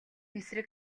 эсрэг